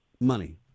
money